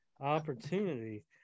opportunity